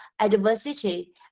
adversity